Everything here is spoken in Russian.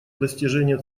достижения